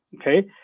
Okay